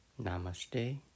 Namaste